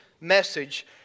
message